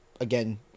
again